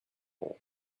all